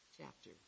chapter